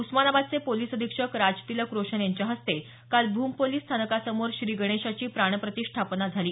उस्मानाबादचे पोलीस अधीक्षक राज तिलक रौशन यांच्या हस्ते काल भूम पोलीस स्थानकासमोर श्री गणेशाची प्रतिष्ठापना झाली